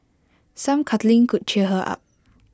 some cuddling could cheer her up